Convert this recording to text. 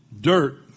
dirt